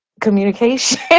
communication